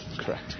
Correct